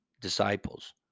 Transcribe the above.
disciples